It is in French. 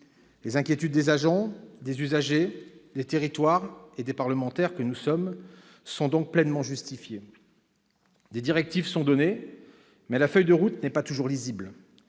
Les inquiétudes des agents, des usagers, des territoires et des parlementaires que nous sommes sont donc pleinement justifiées. Des directives sont données, mais la feuille de route n'est pas toujours lisible.